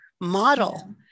model